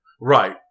right